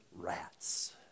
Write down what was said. rats